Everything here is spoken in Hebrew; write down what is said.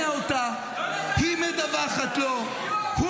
היועץ המשפטי, המוסד.